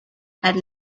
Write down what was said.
had